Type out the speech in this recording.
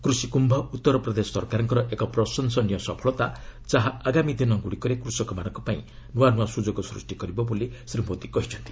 କୃଷିକ୍ୟୁ ଉତ୍ତର ପ୍ରଦେଶ ସରକାରଙ୍କର ଏକ ପ୍ରଶଂସନୀୟ ସଫଳତା ଯାହା ଆଗାମୀ ଦିନଗୁଡ଼ିକରେ କୃଷକମାନଙ୍କପାଇଁ ନୂଆ ନୂଆ ସୁଯୋଗ ସୃଷ୍ଟି କରିବ ବୋଲି ଶ୍ରୀ ମୋଦି କହିଛନ୍ତି